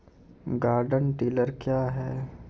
Garden tiller क्या हैं?